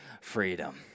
freedom